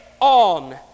on